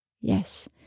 Yes